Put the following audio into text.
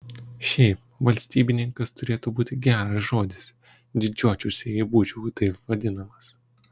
šiaip valstybininkas turėtų būti geras žodis didžiuočiausi jeigu būčiau taip vadinamas